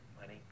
Money